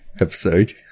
episode